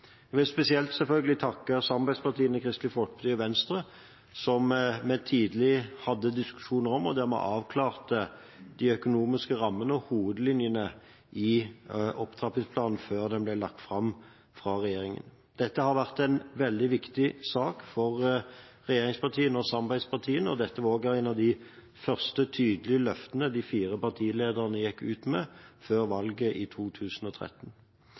Jeg vil selvfølgelig takke spesielt samarbeidspartiene, Kristelig Folkeparti og Venstre, som vi tidlig hadde diskusjon med, og hvor vi avklarte de økonomiske rammene og hovedlinjene i opptrappingsplanen før den ble lagt fram av regjeringen. Dette har vært en veldig viktig sak for regjeringspartiene og samarbeidspartiene, og dette var også et av de første tydelige løftene de fire partilederne gikk ut med før valget i 2013.